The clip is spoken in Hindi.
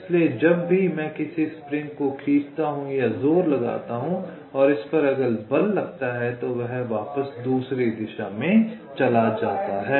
इसलिए जब भी मैं किसी स्प्रिंग को खींचता हूं या जोर लगाता हूं या इस पर अगर बल लगता है तो वह वापस दूसरी दिशा में चला जाता है